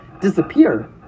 disappear